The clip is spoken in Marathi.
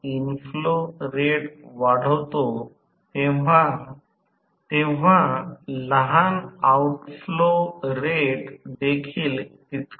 जास्तीत जास्त आरंभिक टॉर्क साध्य केला जातो ते समीकरण 28 आहे जर ते आले तर s 1 सेट केल्यास जास्तीत जास्त प्रारंभिक टॉर्क मिळवता येऊ शकते